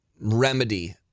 remedy